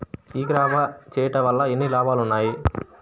ఈ క్రాప చేయుట వల్ల ఎన్ని లాభాలు ఉన్నాయి?